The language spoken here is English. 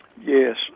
Yes